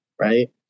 right